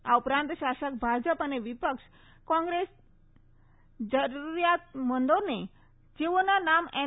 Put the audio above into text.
આ ઉપરાંત શાસક ભાજપ અને વિપક્ષ કોંગ્રેસ જરૂરિયાતમંદોને જેઓના નામ એન